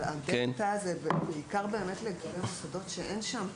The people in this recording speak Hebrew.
אבל --- זה באמת בעיקר לגבי מוסדות שאין בהם פיקוח,